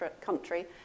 country